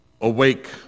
Awake